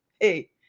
hey